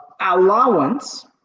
allowance